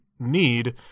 need